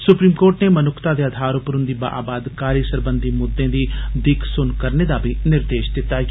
supreme court नै अनुक्खता दे आधार पर उन्दी बाअबादकारी सरबंधी मुददें दी दिक्ख सुन्न करने दा बी निर्देश दित्ता ऐ